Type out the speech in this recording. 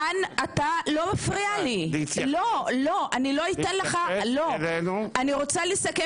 הדיון על מקרים של נטישה ומה עושות ומה עושים